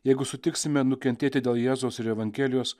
jeigu sutiksime nukentėti dėl jėzaus ir evangelijos